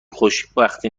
خوشبختی